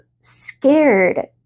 scared